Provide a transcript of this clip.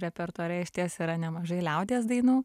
repertuare išties yra nemažai liaudies dainų